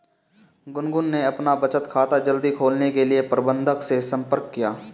गुनगुन ने अपना बचत खाता जल्दी खोलने के लिए प्रबंधक से संपर्क किया